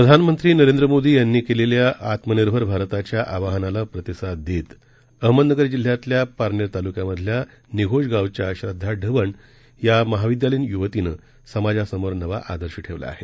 प्रधानमंत्रीनरेंद्रमोदीयांनीकेलेल्याआत्मनिर्भरभारताच्याआवाहनालाप्रतिसाददेत अहमदनगरजिल्ह्यातल्यापारनेरतालुक्यामधल्यानिघोजगावच्याश्रद्वाढवणयामहाविद्यालयीनयुवतीनंसमाजासमोरनवाआदर्शठेवलाआहे